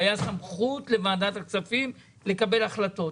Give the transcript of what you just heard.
והייתה סמכות לוועדת הכספים לקבל החלטות.